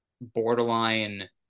borderline